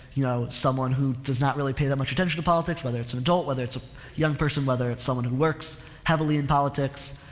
you know, someone who does not really pay that much attention to politics, whether it's an adult, whether it's a young person, whether it's someone who works heavily in politics.